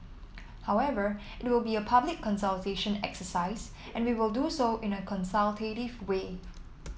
however it will be a public consultation exercise and we will do so in a consultative way